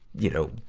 you know,